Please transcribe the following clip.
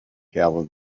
camel